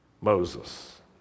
Moses